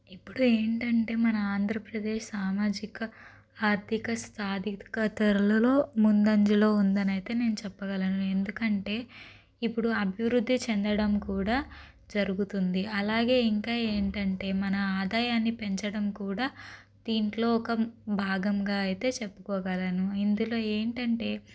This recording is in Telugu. ఇప్పుడు ఏంటంటే మన ఆంధ్రప్రదేశ్ సామాజిక ఆర్థిక స్థాదిక ధరలలో ముందంజలో ఉందని అయితే నేను చెప్పగలను ఎందుకంటే ఇప్పుడు అభివృద్ధి చెందడం కూడా జరుగుతుంది అలాగే ఇంకా ఏంటంటే మన ఆదాయాన్ని పెంచడం కూడా దీంట్లో ఒక భాగంగా అయితే చెప్పుకోగలను ఇందులో ఏంటంటే